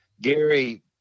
Gary